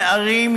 נערים,